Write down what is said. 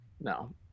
No